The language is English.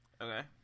Okay